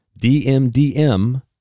DMDM